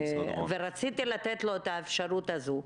ורציתי לתת לו את האפשרות הזו.